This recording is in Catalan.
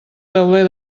tauler